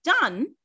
done